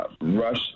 rush